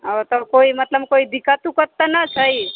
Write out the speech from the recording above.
आओर सभ कोइ मतलब कोइ दिक्कत उक्कत तऽ ना छै